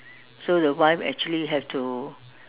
so the wife actually have to